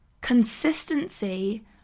Consistency